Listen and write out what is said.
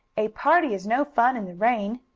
a party is no fun in the rain.